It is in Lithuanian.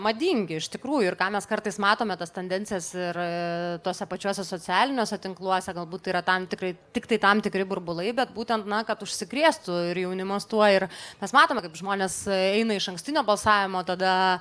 madingi iš tikrųjų ir ką mes kartais matome tas tendencijas ir tuose pačiuose socialiniuose tinkluose galbūt yra tam tikrai tiktai tam tikri burbulai bet būtent na kad užsikrėstų ir jaunimas tuo ir mes matome kaip žmonės eina išankstinio balsavimo tada